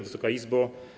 Wysoka Izbo!